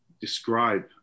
describe